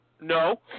No